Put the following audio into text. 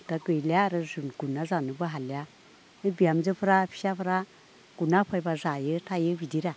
दा गैलिया आरो जों गुरना जानोबो हालिया बे बिहामजोफ्रा फिसाफ्रा गुरना होफायब्ला जायो थायो बिदिरा